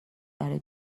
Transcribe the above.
برای